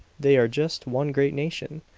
they are just one great nation,